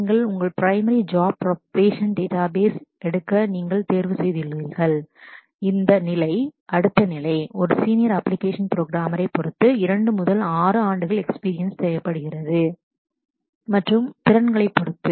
நீங்கள் உங்கள் primary job profession database database எடுக்க நீங்கள் தேர்வு செய்கிறீர்கள் இந்த அடுத்த நிலை ஒரு சீனியர் அப்பிளிகேஷன் புரோகிராமரைப் programmer பொறுத்து 2 முதல் 6 ஆண்டுகள் எக்ஸ்பீரியன்ஸ் தேவைப்படுகிறது அமைப்பு மற்றும் உங்கள் திறன்களைப் பொறுத்து